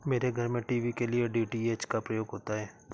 मेरे घर में टीवी के लिए डी.टी.एच का प्रयोग होता है